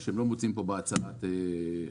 מה שלא מציעים פה בהצעת החוק.